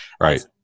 Right